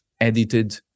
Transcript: edited